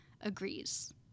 agrees